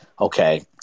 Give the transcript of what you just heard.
okay